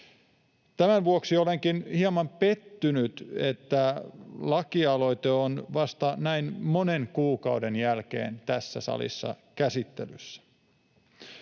Tämän vuoksi olenkin hieman pettynyt, että lakialoite on vasta näin monen kuukauden jälkeen tässä salissa käsittelyssä.